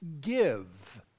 give